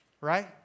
Right